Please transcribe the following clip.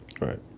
Right